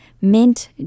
mint